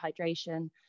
hydration